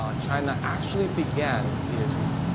um china actually began its